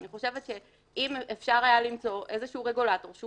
ואני חושבת שאם אפשר היה למצוא איזשהו רגולטור שהוא